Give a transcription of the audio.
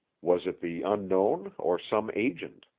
was it the unknown or some agent?